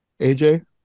aj